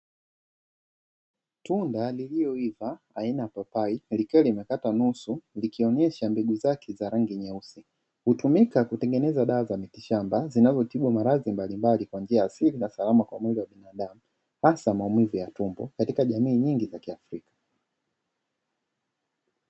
Tunda lililoiva aina ya papai, likiwa limekatwa nusu likionyesha mbegu zake za rangi nyeusi. Hutumika kutengeneza dawa za miti shamba, zinavyotibu maradhi mbalimbali kwa njia ya asili na salama, pamoja na binadamu hasa maumivu ya tumbo, katika jamii nyingi za kiafrika.